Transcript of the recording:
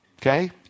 Okay